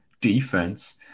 defense